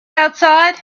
outside